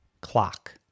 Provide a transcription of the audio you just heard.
Clock